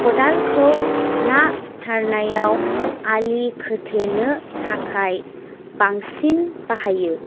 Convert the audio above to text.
खदालखौ ना सारनायाव आलि खोथेनो थाखाय बांसिन बाहायो